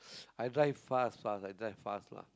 i drive fast fast i drive fast lah